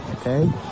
Okay